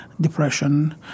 depression